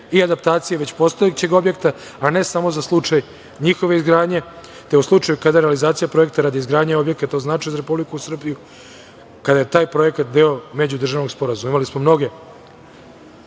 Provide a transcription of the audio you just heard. i adaptacije već postojećeg objekta, a ne samo za slučaj njihove izgradnje, te u slučaju kada realizacija projekta radi izgradnje objekata od značaja za Republiku Srbiju kada je taj projekat deo međudržavnog sporazuma. Imali smo mnoge